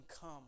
come